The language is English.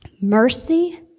mercy